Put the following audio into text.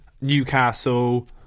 Newcastle